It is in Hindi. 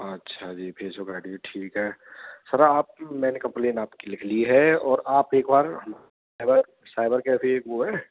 अच्छा जी फेसबुक आईडी ठीक है सर आप मैंने कंप्लेन आपकी लिख ली है और आप एक बार एक बार साइबर साइबर कैफे एक वो है